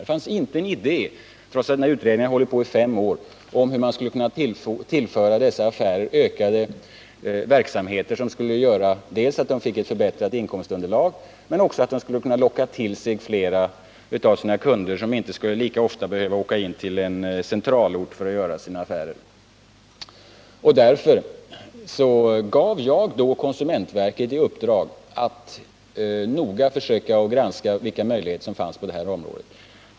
Det fanns inte en idé - trots att utredningen hade hållit på i fem år — om hur man skulle kunna tillföra dessa affärer ytterligare verksamheter som dels skulle ge dem förbättrat inkomstunderlag, dels locka fler kunder till affärerna, kunder som inte lika ofta skulle behöva åka in till centralorten för att göra affärer. Därför gav jag konsumentverket i uppdrag att noga försöka granska vilka möjligheter som fanns på det här området.